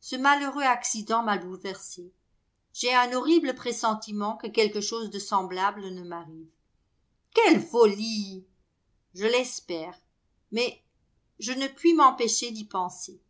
ce malheureux accident m'a bouleversé j'ai un horrible pressentiment que quelque chose de semblable ne m'arrive quelle folie je l'espère mais je ne puis m'empêcher d'y penser